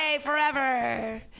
forever